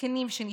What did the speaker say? זקנים שנפטרו.